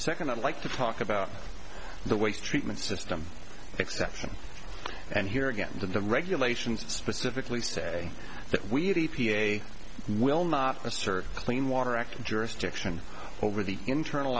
second i'd like to talk about the waste treatment system exception and here again the regulations specifically say that we had a p a will not assert clean water act jurisdiction over the internal